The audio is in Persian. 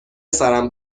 سرم